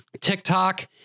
TikTok